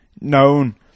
known